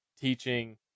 teaching